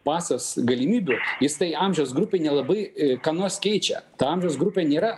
pasas galimybių jis tai amžiaus grupei nelabai ir ką nors keičia ta amžiaus grupė nėra